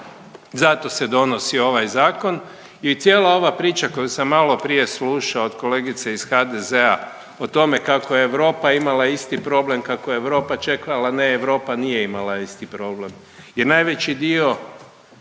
zato se donosi ovaj zakon. I cijela ova priča koju sam malo prije slušao od kolegice iz HDZ-a o tome kako je Europa imala isti problem, kako je Europa čekala. Ne, Europa nije imala isti problem,